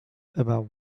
about